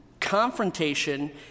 confrontation